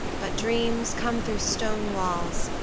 but dreams come through stone walls,